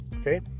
okay